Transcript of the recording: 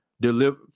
deliver